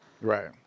right